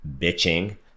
bitching